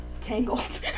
Tangled